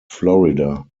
florida